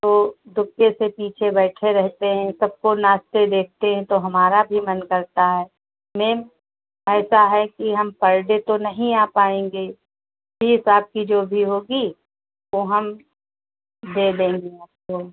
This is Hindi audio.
तो दुबके से पीछे बैठे रहते हैं सबको नाचते देखते हैं तो हमारा भी मन करता है मेम ऐसा है कि हम पर डे तो नहीं आ पाएँगे फ़ीस आपकी जो भी होगी वो हम दे देंगे आपको